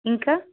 ఇంకా